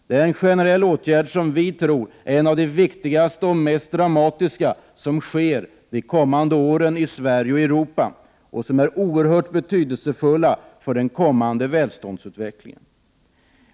Det är en generell åtgärd som vi tror är det viktigaste och mest dramatiska som kommer att ske de kommande åren i Sverige och Europa och som är oerhört betydelsefull för den kommande välståndsutvecklingen.